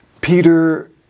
Peter